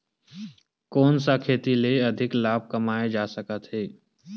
कोन सा खेती से अधिक लाभ कमाय जा सकत हे?